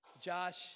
Josh